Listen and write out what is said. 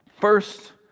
First